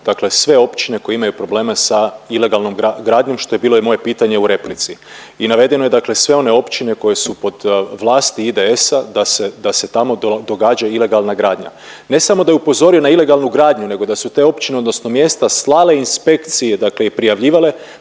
dakle sve općine koje imaju probleme sa ilegalnom gradnjom, što je bilo i moje pitanje u replici i navedeno je dakle sve one općine koje su pod vlasti IDS-a da se, da se tamo događa ilegalna gradnja. Ne samo da je upozorio na ilegalnu gradnju nego da su te općine odnosno mjesta slale inspekcije dakle i prijavljivale,